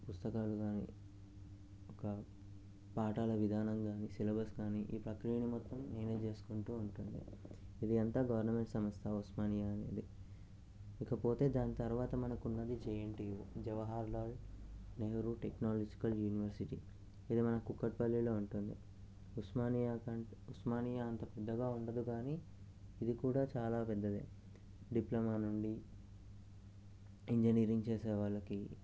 పుస్తకాలు కానీ ఒక పాఠాల విధానాలు కానీ సిలబస్ కానీ ఈ ప్రక్రియను మాత్రం ఇదే చూసుకుంటు ఉంటుంది ఇది అంతా గవర్నమెంట్ సంస్థ ఉస్మానియా అనేది ఇకపోతే దాని తర్వాత మనకు ఉన్నది JNTU Jawahar Lal Nehru technological university ఇది మనకు కూకడ్ పల్లిలో ఉంటుంది ఉస్మానియా ఉస్మానియా అంత పెద్దగా ఉండదు కానీ ఇది కూడా చాలా పెద్దది డిప్లమా నుండి ఇంజనీరింగ్ చేసే వాళ్ళకి